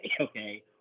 okay